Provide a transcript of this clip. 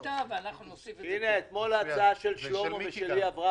אני אמרתי לחבר הכנסת קרעי שאנחנו מתכוונים לשלב את זה